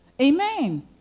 Amen